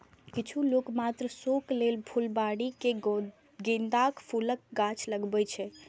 किछु लोक मात्र शौक लेल फुलबाड़ी मे गेंदाक फूलक गाछ लगबै छै